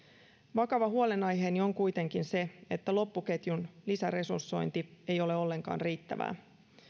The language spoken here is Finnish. vakava huolenaiheeni on kuitenkin se että loppuketjun lisäresursointi ei ole ollenkaan riittävää